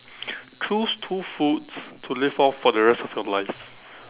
choose two foods to live off for the rest of your life